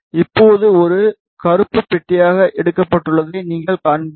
இப்போது ஒரு கருப்பு பெட்டியாக எடுக்கப்பட்டுள்ளதை நீங்கள் காண்பீர்கள்